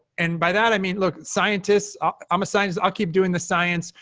and by that, i mean, look, scientists i'm a scientist. i'll keep doing the science.